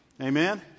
Amen